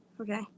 Okay